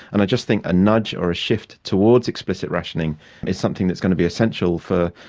and i just think a nudge or a shift towards explicit rationing is something that is going to be essential for,